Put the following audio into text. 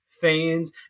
fans